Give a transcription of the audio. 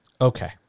Okay